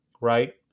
right